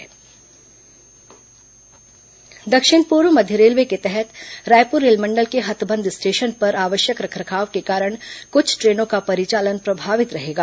train परिचालन दक्षिण पूर्व मध्य रेलवे के तहत रायपुर रेलमंडल के हथबंध स्टेशन पर आवश्यक रखरखाव के कारण कुछ ट्रेनों का परिचालन प्रभावित रहेगा